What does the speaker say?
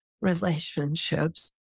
relationships